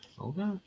Okay